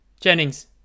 Jennings